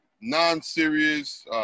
non-serious